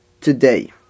today